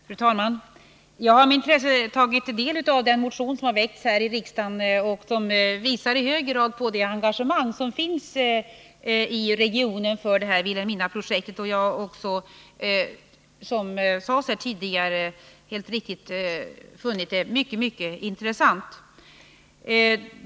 Fru talman! Jag har med intresse tagit del av den motion som väckts här i riksdagen och som i hög grad visar på det engagemang som finns i regionen för Vilhelminaprojektet. Jag har också, som helt riktigt sades här tidigare, funnit det mycket intressant.